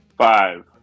Five